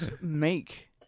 make